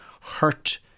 hurt